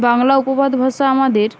বাংলা উপবাদ ভাষা আমাদের